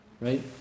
right